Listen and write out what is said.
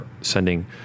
sending